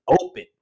open